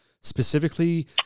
specifically